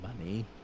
money